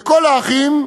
לכל האחים,